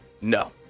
No